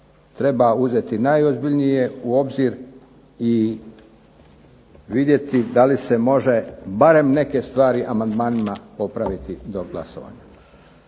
treba uzeti najozbiljnije u obzir i vidjeti da li se može barem neke stvari amandmanima popraviti do glasovanja.